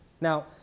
Now